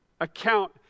account